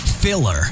filler